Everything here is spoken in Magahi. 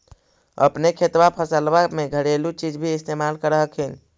अपने खेतबा फसल्बा मे घरेलू चीज भी इस्तेमल कर हखिन?